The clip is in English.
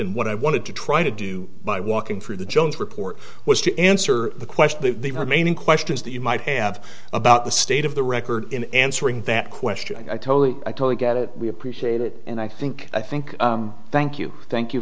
in what i wanted to try to do by walking for the jones report was to answer the question the remaining questions that you might have about the state of the record in answering that question i totally i totally get it we appreciate it and i think i think thank you thank you